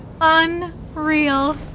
Unreal